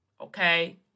Okay